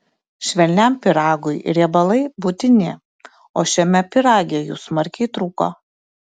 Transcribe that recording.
švelniam pyragui riebalai būtini o šiame pyrage jų smarkiai trūko